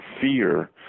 fear